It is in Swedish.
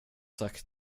sagt